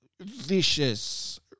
vicious